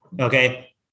okay